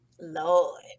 lord